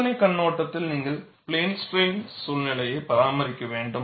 சோதனைக் கண்ணோட்டத்தில் நீங்கள் பிளேன் ஸ்ட்ரைன் சூழ்நிலையை பராமரிக்க வேண்டும்